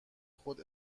خود